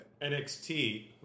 NXT